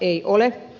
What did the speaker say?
ei ole